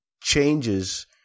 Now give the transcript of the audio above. changes